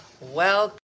Welcome